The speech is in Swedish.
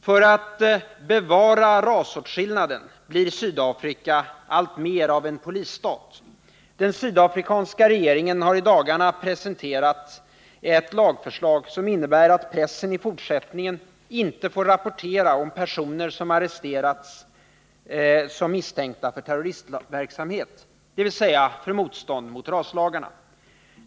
För att bevara rasåtskillnaden blir Sydafrika alltmer en polisstat. Den sydafrikanska regeringen har i dagarna presenterat ett lagförslag, som innebär att pressen i fortsättningen inte får rapportera om personer som arresterats som misstänkta för terroristverksamhet — dvs. för motstånd mot raslagarna.